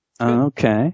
Okay